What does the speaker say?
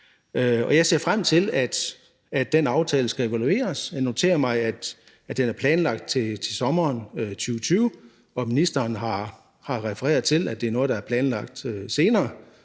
Jeg ser frem til, at den aftale skal evalueres. Jeg noterer mig, at den er planlagt til sommeren 2020, og ministeren har refereret til, at det er noget, der er planlagt senere,